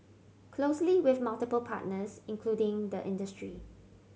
closely with multiple partners including the industry